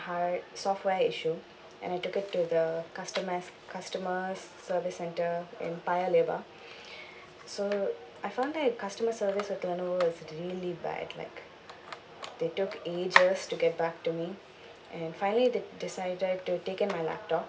hard~ software issue and I took it to the customer's customer service centre in paya lebar so I found that customer service for Lenovo is really bad like they took ages to get back to me and finally they decided to take in my laptop